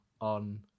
on